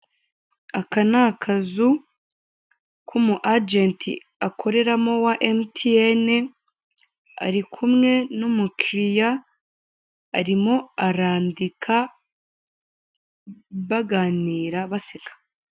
Aka ni akazu k'umuajenti akoreramo wa emutiyene, ari kumwe n'umukiliya arimo arandika, baganira baseka.